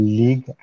league